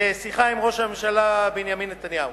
בשיחה עם ראש הממשלה בנימין נתניהו,